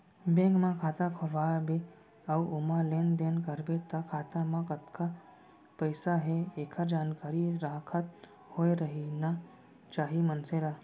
bank म खाता खोलवा बे अउ ओमा लेन देन करबे त खाता म कतका पइसा हे एकर जानकारी राखत होय रहिना चाही मनसे ल